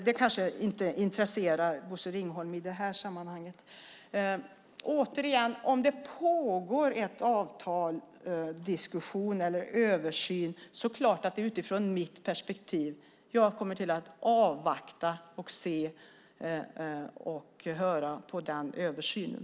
Det kanske inte intresserar Bosse Ringholm i det här sammanhanget. Om det pågår en översyn av ett avtal måste jag ju avvakta den översynen.